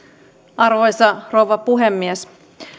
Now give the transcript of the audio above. arvoisa rouva puhemies